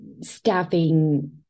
staffing